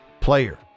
player